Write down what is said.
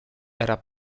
era